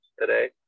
today